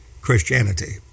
Christianity